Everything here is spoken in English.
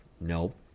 nope